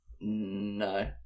No